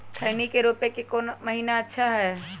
खैनी के रोप के कौन महीना अच्छा है?